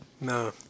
No